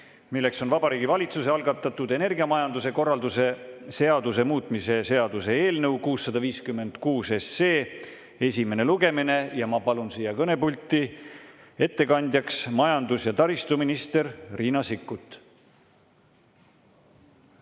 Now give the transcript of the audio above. See on Vabariigi Valitsuse algatatud energiamajanduse korralduse seaduse muutmise seaduse eelnõu 656 esimene lugemine. Ma palun siia kõnepulti ettekandjaks majandus‑ ja taristuminister Riina Sikkuti.